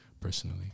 personally